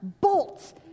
bolts